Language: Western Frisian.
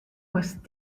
moast